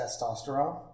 testosterone